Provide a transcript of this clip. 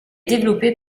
développée